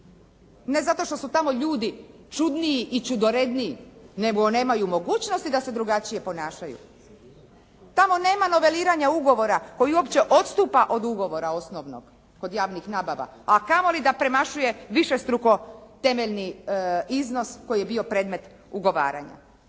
Ne zato što su tamo ljudi čudniji i čudoredniji, nego nemaju mogućnosti da se drugačije ponašaju. Tamo nema noveliranja ugovora koji uopće odstupa od ugovora osnovnog kod javnih nabava, a kamo li da premašuje višestruko temeljni iznos koji je bio predmet ugovaranja.